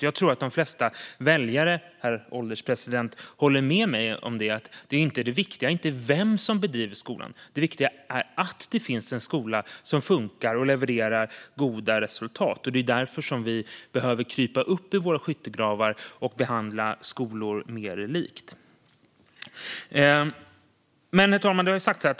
Jag tror att de flesta väljare håller med mig om att det viktiga inte är vem som driver skolan utan att skolan funkar och levererar goda resultat. Därför behöver vi krypa upp ur våra skyttegravar och behandla skolor mer lika. Herr ålderspresident!